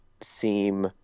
seem